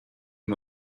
him